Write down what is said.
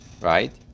Right